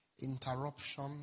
interruption